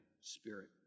spirit